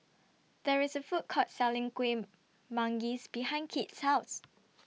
There IS A Food Court Selling Kueh Manggis behind Kit's House